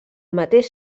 mateix